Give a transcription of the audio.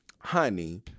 Honey